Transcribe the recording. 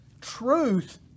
truth